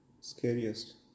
Scariest